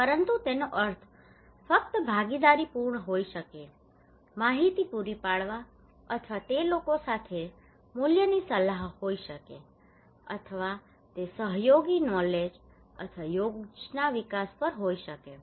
પરંતુ તેનો અર્થ ફક્ત ભાગીદારીપૂર્ણ હોઈ શકે છે માહિતી પૂરી પાડવા માટે અથવા તે લોકો સાથે મૂલ્યની સલાહ હોઈ શકે છે અથવા તે સહયોગી નોલેજ અથવા યોજના વિકાસ પર હોઈ શકે છે